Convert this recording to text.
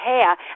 hair